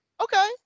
Okay